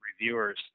reviewers